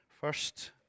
first